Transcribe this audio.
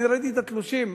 אני ראיתי את התלושים,